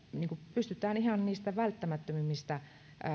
pystytään ihan niistä välttämättömimmistä